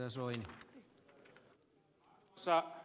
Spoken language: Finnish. arvoisa herra puhemies